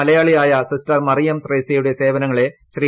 മലയാളിയായ സിസ്റ്റർ മറിയം ത്രേസ്യയുടെ സേവനങ്ങളെ ശ്രീ